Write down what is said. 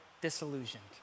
disillusioned